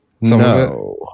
No